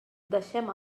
deixem